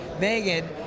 Megan